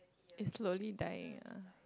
is slowly dying ah